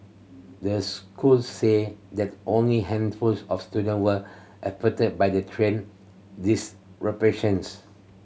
the school said that only handful of student were affected by the train disruptions